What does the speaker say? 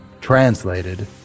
Translated